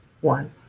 one